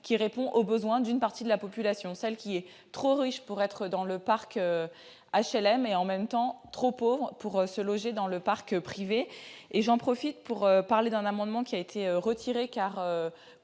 qui répond aux besoins d'une partie de la population, celle qui est trop riche pour être dans le parc HLM et, en même temps, trop pauvre pour se loger dans le parc privé. Je profite du temps qui m'est imparti pour